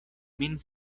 min